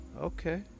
Okay